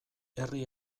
herri